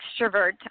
extrovert